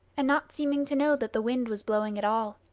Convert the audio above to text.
and not seeming to know that the wind was blowing at all.